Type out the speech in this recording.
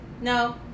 No